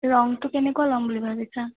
ৰংটো কেনেকুৱা ল'ম বুলি ভাবিছা